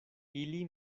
ili